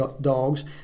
dogs